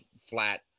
flat